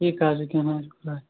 ٹھیٖک حظ چھُ کیٚنٛہہ نہَ حظ چھُ پرواے